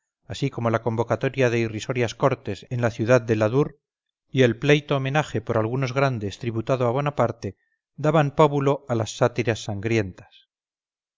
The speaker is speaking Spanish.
así como la convocatoria de irrisorias cortes en la ciudad del adour y el pleito homenaje por algunos grandes tributado a bonaparte daban pábulo a las sátiras sangrientas